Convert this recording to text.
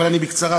אבל בקצרה,